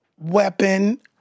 weapon